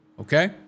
Okay